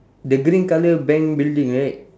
the green colour bank building right